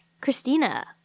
Christina